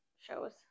shows